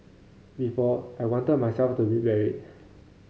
before I wanted myself to be buried